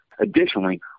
Additionally